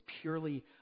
purely